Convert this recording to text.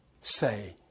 say